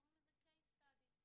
קוראים לזה Case Study.